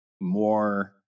more